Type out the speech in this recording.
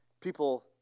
People